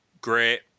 great